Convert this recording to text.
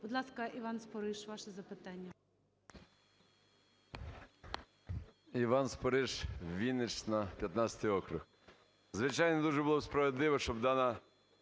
Будь ласка, Іван Спориш, ваше запитання.